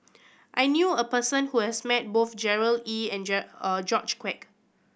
I knew a person who has met both Gerard Ee and George Quek